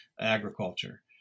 agriculture